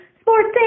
sports